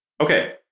Okay